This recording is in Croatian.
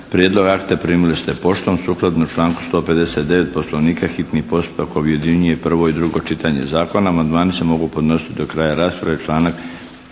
Prijedlog akta primili ste poštom. Sukladno članku 159. poslovnika hitni postupak objedinjuje prvo i drugo čitanje zakona. Amandmani se mogu podnositi do kraja rasprave članak